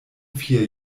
vier